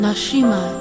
Nashima